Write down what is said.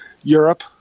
Europe